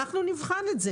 אנחנו נבחן את זה.